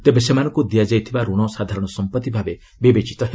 ତେବେ ସେମାନଙ୍କୁ ଦିଆଯାଇଥିବା ଋଣ ସାଧାରଣ ସମ୍ପତ୍ତି ଭାବେ ବିବେଚିତ ହେବ